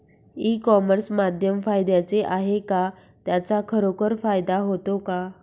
E commerce माध्यम फायद्याचे आहे का? त्याचा खरोखर फायदा होतो का?